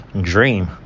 dream